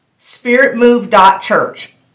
Spiritmove.church